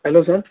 hello sir